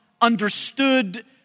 understood